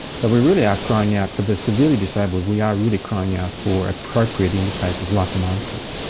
so we really are crying out for the severely disabled, we are really crying out for appropriate interfaces like a mindswitch.